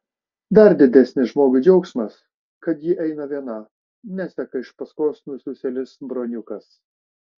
dar didesnis žmogui džiaugsmas kad ji eina viena neseka iš paskos nususėlis broniukas